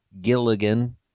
Gilligan